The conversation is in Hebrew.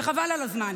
חבל על הזמן,